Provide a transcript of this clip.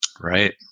Right